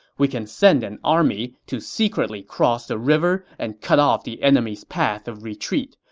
we can send an army to secretly cross the river and cut off the enemy's path of retreat,